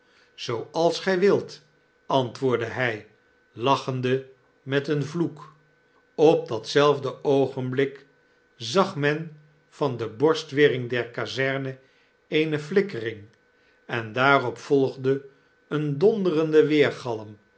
zooals gy wilt antwoordde hy lachende met een vloek op datzelfde oogenblik zag men van de borstwering der kazerne eene flikkering en daarop volgde een donderende weergalm